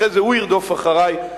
אחרי זה הוא ירדוף, ירוץ אחרי בבית-המשפט.